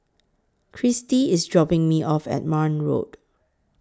Cristy IS dropping Me off At Marne Road